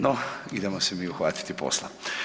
No, idemo se mi uhvatiti posla.